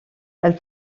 elle